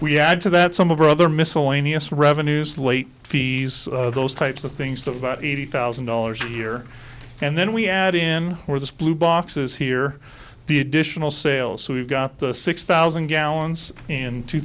we add to that some of the other miscellaneous revenues late fees those types of things to buy eighty thousand dollars a year and then we add in or the blue boxes here the additional sales we've got the six thousand gallons in two